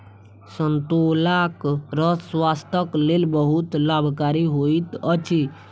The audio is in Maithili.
संतोलाक रस स्वास्थ्यक लेल बहुत लाभकारी होइत अछि